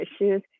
issues